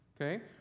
okay